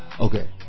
Okay